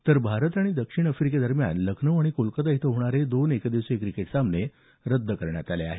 तर भारत आणि दक्षिण आफ्रिकेदरम्यान लखनऊ आणि कोलकाता इथं होणारे दोन एकदिवसीय क्रिकेट सामने रद्द करण्यात आले आहेत